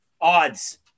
odds